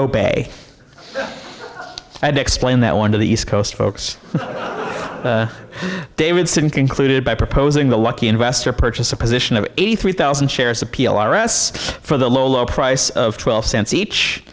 obey and explain that one to the east coast folks davidson concluded by proposing the lucky investor purchase a position of eighty three thousand shares appeal r s for the low low price of twelve cents each